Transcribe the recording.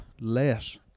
less